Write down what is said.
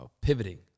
pivoting